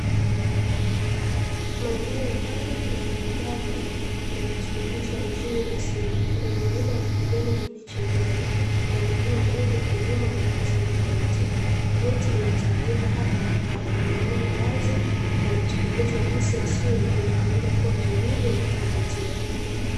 Mandhari pana na maridadi yanatukumbusha uzuri wa asili. Kuna vilimo vya kijani kibichi mbele na maeneo mengi ya kilimo yanapita mbele yetu. Miti imetawanyika hapa na pale na maeneo ya wazi yanatukumbusha jinsi asili inavyoweza kuwa tulivu na ya kuvutia.